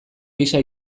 gisa